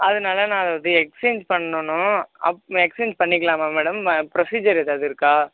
அதனால நான் அதை வந்து எக்ஸ்சேஞ் பண்ணனும் எக்ஸ்சேஞ் பண்ணிக்கலாமா மேடம் ப்ரொசீஜர் எதாவது இருக்கா